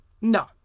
No